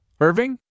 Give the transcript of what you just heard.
Irving